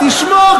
עזוב את